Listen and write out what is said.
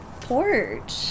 porch